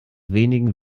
wenigen